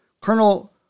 Colonel